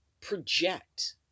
project